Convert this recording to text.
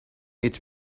eat